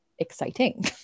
exciting